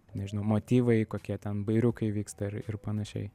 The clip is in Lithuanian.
nežinau motyvai kokie ten bajriukai vyksta ir ir panašiai